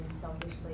selfishly